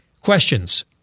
questions